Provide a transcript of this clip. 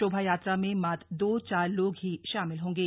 शोभा यात्रा में मात्र दो चार लोग ही शामिल होंगे